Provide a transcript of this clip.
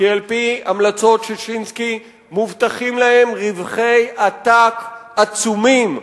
כי על-פי המלצות ששינסקי מובטחים להם רווחי עתק עצומים,